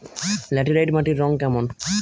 Laterite মাটির রং কেমন?